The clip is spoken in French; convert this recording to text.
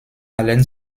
allen